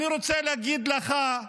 אני רוצה להגיד לך,